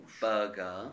burger